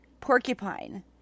Porcupine